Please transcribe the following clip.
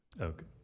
Okay